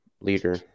leader